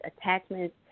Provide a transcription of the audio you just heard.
attachments